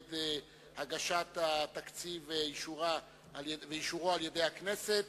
מועד הגשת התקציב ואישורו על-ידי הכנסת